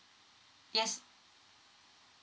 yes